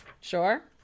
Sure